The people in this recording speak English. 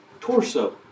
torso